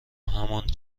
همان